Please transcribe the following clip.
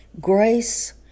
grace